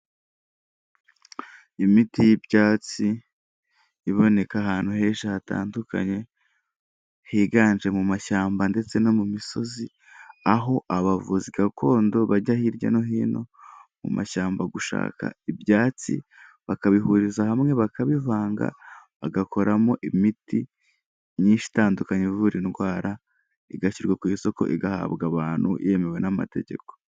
Imiti y'ibyatsi iboneka ahantu henshi hatandukanye higanje mu mashyamba ndetse no mu misozi, aho abavuzi gakondo bajya hirya no hino mu mashyamba gushaka ibyatsi, bakabihuriza hamwe, bakabivanga bagakoramo imiti myinshi itandukanye ivura indwara, igashyirwa ku isoko igahabwa abantu yemewe n'amategeko.